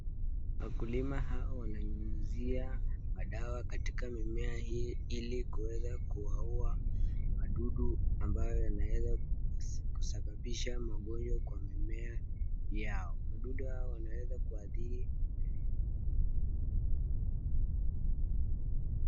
Wakulima hawa wananyunyizia dawa katika mimea hii ili kuweza kuwaua wadudu ambao wanaweza kusababisha magonjwa kwa mimea yao. Wadudu hawa wanaweza kuathiri mimea hii.